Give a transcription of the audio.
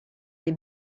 les